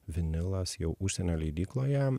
vinilas jau užsienio leidykloje